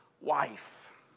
wife